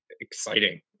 exciting